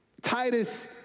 Titus